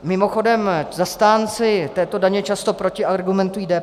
Mimochodem, zastánci této daně často protiargumentují DPH.